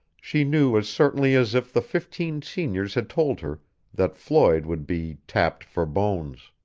she knew as certainly as if the fifteen seniors had told her that floyd would be tapped for bones.